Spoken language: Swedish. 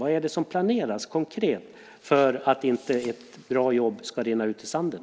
Vad är det som planeras konkret för att ett bra jobb inte ska rinna ut i sanden?